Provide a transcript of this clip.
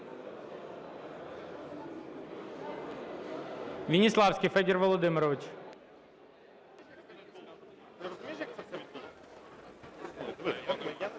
Веніславський Федір Володимирович